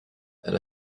elle